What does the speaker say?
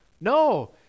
No